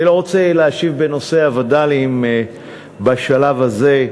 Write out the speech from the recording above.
אני לא רוצה להשיב בנושא הווד"לים בשלב הזה,